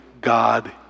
God